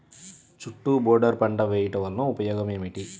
చుట్టూ బోర్డర్ పంట వేయుట వలన ఉపయోగం ఏమిటి?